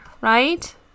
right